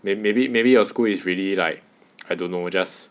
then maybe maybe your school is really like I don't know just